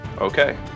Okay